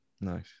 Nice